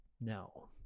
no